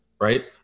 right